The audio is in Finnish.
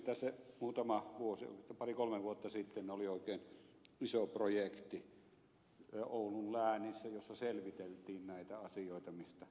tässä muutama vuosi olisiko pari kolme vuotta sitten oli oikein iso projekti oulun läänissä jossa selviteltiin näitä asioita mistä ed